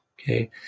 Okay